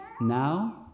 Now